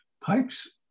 Pipes